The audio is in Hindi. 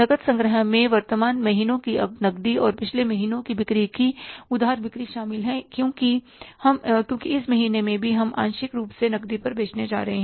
नकद संग्रह में वर्तमान महीनों की नकदी और पिछले महीनों की बिक्री की उधार बिक्री शामिल है क्योंकि इस महीने में भी हम आंशिक रूप से नकदी पर बेचने जा रहे हैं